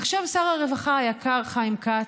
עכשיו, שר הרווחה היקר חיים כץ,